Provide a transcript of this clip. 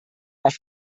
auf